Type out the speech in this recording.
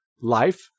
life